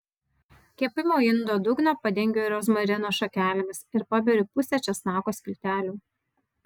kepimo indo dugną padengiu rozmarino šakelėmis ir paberiu pusę česnako skiltelių